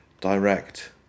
direct